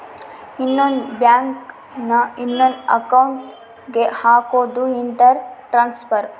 ಇನ್ನೊಂದ್ ಬ್ಯಾಂಕ್ ನ ಇನೊಂದ್ ಅಕೌಂಟ್ ಗೆ ಹಕೋದು ಇಂಟರ್ ಟ್ರಾನ್ಸ್ಫರ್